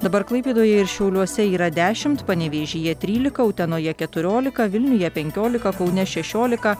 dabar klaipėdoje ir šiauliuose yra dešimt panevėžyje trylika utenoje keturiolika vilniuje penkiolika kaune šešiolika